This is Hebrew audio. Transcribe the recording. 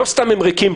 לא סתם הם ריקים.